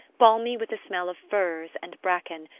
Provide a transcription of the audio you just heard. balmy with the smell of firs and braken,